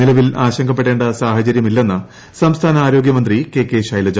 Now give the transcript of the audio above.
നിലവിൽ ആശങ്കപ്പെടേ സാഹചര്യമില്ലെന്ന് സംസ്ഥാന ആരോഗൃമന്ത്രി കെ കെ ശൈലജ